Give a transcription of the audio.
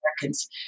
Americans